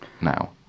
now